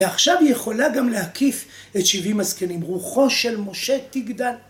ועכשיו היא יכולה גם להקיף את 70 הזקנים, רוחו של משה תגדל.